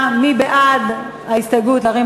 מי בעד ההסתייגויות של חבר הכנסת אמנון כהן,